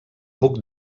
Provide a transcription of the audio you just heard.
buc